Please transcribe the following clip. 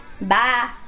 Bye